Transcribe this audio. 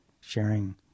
sharing